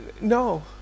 no